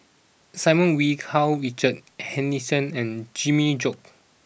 Simon Wee Karl Richard Hanitsch and Jimmy Chok